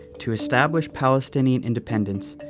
to establish palestinian independence,